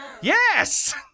Yes